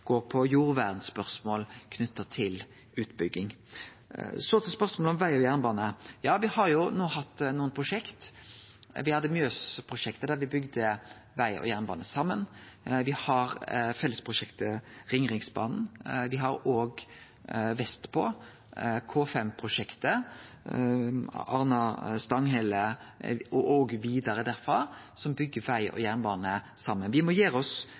jernbane: Ja, me har nå hatt nokre prosjekt. Me hadde Mjøs-prosjektet der me bygde veg og jernbane saman, me har fellesprosjektet Ringeriksbanen, vestpå har me òg K5-prosjektet Arna–Stanghelle og vidare derfrå som byggjer veg og jernbane saman. Me må nettopp gjere oss